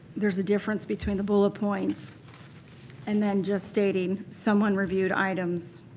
there's a difference between the bullet points and then just stating someone reviewed items,